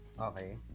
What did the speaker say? okay